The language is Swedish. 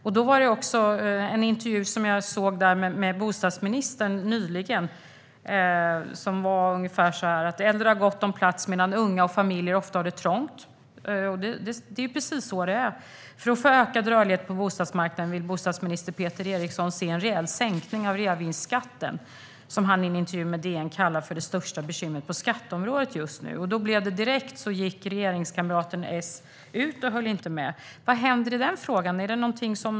Jag såg nyligen en intervju med bostadsministern där han sa ungefär att äldre har gott om plats medan unga och familjer ofta har det trångt, och det är ju precis så det är. För att få en ökad rörlighet på bostadsmarknaden vill bostadsminister Peter Eriksson se en rejäl sänkning av reavinstskatten, som han i en intervju med Dagens Nyheter kallar för det största bekymret på skatteområdet just nu, men då gick regeringskamraten S direkt ut och höll inte med. Vad händer i den frågan?